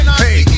hey